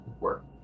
work